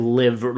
live